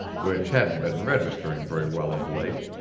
which hadn't been registering very well of late,